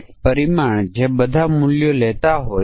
અને પછી અમાન્ય સમકક્ષ વર્ગનો સેટ શું હશે